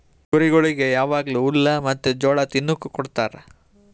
ಕುರಿಗೊಳಿಗ್ ಯಾವಾಗ್ಲೂ ಹುಲ್ಲ ಮತ್ತ್ ಜೋಳ ತಿನುಕ್ ಕೊಡ್ತಾರ